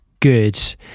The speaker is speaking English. good